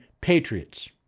Patriots